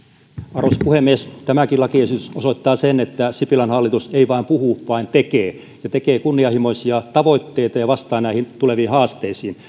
arvoisa puhemies tämäkin lakiesitys osoittaa sen että sipilän hallitus ei vain puhu vaan tekee ja tekee kunnianhimoisia tavoitteita ja vastaa näihin tuleviin haasteisiin